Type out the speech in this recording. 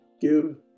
give